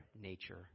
nature